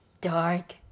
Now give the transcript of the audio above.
dark